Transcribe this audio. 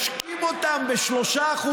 מושיבים אותם ב-3%,